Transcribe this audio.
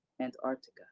Antarctica